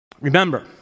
Remember